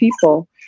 people